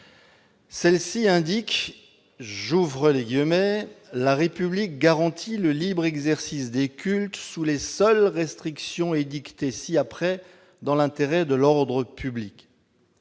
Celle-ci indique :« La République garantit le libre exercice des cultes sous les seules restrictions édictées ci-après, dans l'intérêt de l'ordre public ».